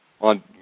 on